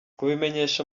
kubimenyesha